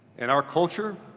in our culture,